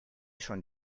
schon